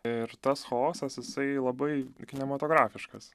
ir tas chaosas jisai labai kinematografiškas